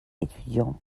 étudiant